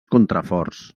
contraforts